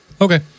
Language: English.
okay